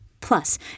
Plus